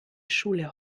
schule